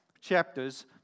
chapters